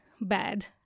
bad